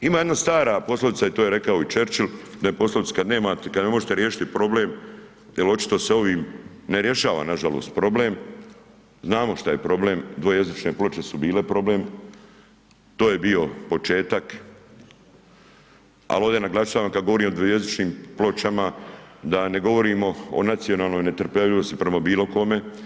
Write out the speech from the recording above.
Ima jedna stara poslovica i to je rekao i Churchill da je poslovica kad ne možete riješiti problem jer očito se ovim ne rješava nažalost problem, znamo što je problem, dvojezične ploče su bile problem, to je bio početak, ali ovdje naglašavam kad govorim o dvojezičnim pločama da ne govorimo o nacionalnoj netrpeljivosti prema bilo kome.